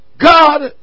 God